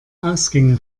ausgänge